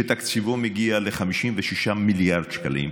שתקציבו מגיע ל-56 מיליארד שקלים,